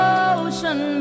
ocean